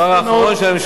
זה הדבר האחרון של הממשלה,